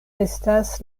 estas